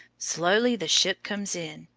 slowly the ship comes in,